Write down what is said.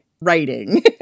writing